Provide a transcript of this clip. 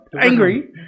angry